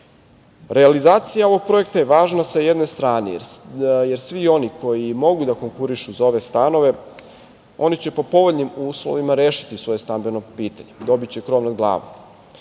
Realizacija ovog projekta je važna sa jedne strane, jer svi oni koji mogu da konkurišu za ove stanove, oni će po povoljnim uslovima rešiti svoje stambeno pitanje, dobiće krov nad glavom.